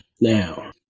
Now